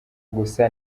gusa